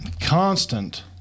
constant